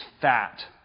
fat